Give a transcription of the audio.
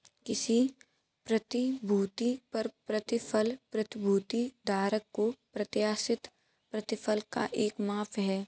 किसी प्रतिभूति पर प्रतिफल प्रतिभूति धारक को प्रत्याशित प्रतिफल का एक माप है